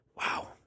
Wow